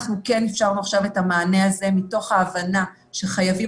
אנחנו כן אפשרנו עכשיו את המענה הזה מתוך ההבנה שחייבים